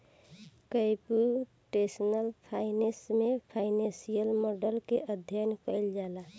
computational finance में financial model के अध्ययन कईल जाला